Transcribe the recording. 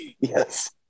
yes